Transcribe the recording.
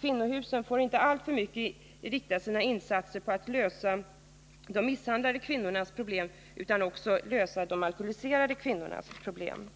Kvinnohusen får inte alltför mycket inrikta sina insatser på att lösa misshandlade kvinnors problem — de måste också ta sig an de alkoholiserade kvinnornas problem.